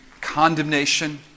condemnation